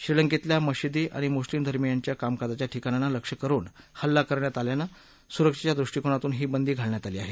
श्रीलंकेतल्या मशिदी आणि मुस्लिम धार्मियांच्या कामकाजाच्या ठिकाणांना लक्ष्य करुन हल्ला करण्यात आल्यानं सुरक्षेच्या दृष्टीकोणातून ही बंदी घालण्यात आली आहे